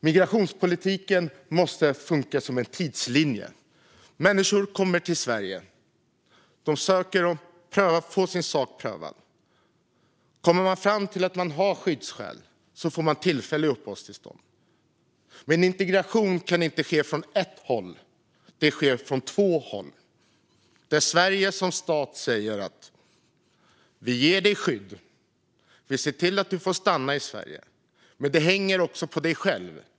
Migrationspolitiken måste funka som en tidslinje: Människor kommer till Sverige. De söker och får sin sak prövad. Kommer man fram till att de har skyddsskäl får de tillfälligt uppehållstillstånd. Men integration kan inte ske från ett håll. Den sker från två håll. Sverige säger som stat: Vi ger dig skydd. Vi ser till att du får stanna i Sverige. Men det hänger också på dig själv.